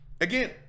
Again